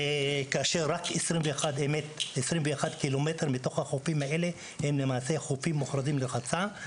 כאשר רק 21 ק"מ מתוך החופים האלה הם חופים מוכרזים לרחצה.